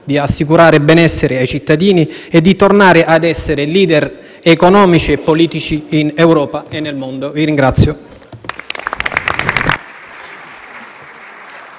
assicurare benessere ai cittadini e tornare a essere *leader* economici e politici in Europa e nel mondo. *(Applausi